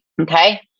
Okay